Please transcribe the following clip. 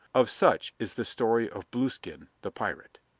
of such is the story of blueskin, the pirate.